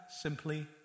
simply